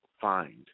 find